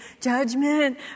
judgment